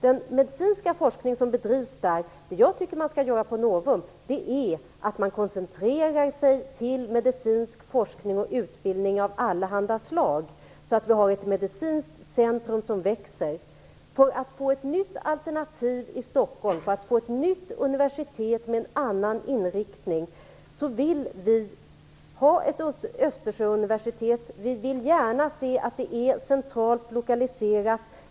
Det jag tycker att man skall göra på Novum är att man koncentrerar sig till medicinsk forskning och utbildning av allehanda slag så att vi har ett medicinskt centrum som växer. För att få ett nytt alternativ i Stockholm, ett nytt universitet med en annan inriktning, vill vi moderater ha ett Östersjöuniversitet. Vi vill gärna se att det är centralt lokaliserat.